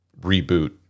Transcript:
reboot